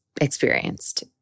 experienced